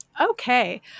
okay